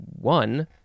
one